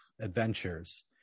adventures